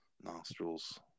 nostrils